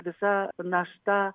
visa našta